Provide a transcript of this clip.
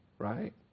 right